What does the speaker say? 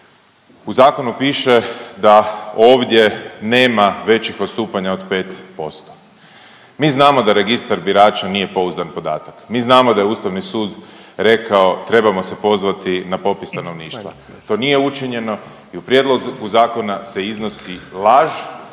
U zakonu piše da ovdje nema većih odstupanja od 5%. Mi znamo da Registar birača nije pouzdan podatak. Mi znamo da je Ustavni sud rekao trebamo se pozvati na popis stanovništva. To nije učinjeno i u prijedlogu zakona se iznosi laž